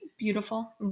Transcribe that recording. Beautiful